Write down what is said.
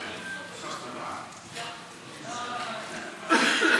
הוספת נציגי סטודנטים למועצת ההנדסאים והטכנאים המוסמכים),